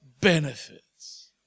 benefits